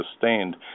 sustained